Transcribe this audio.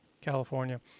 California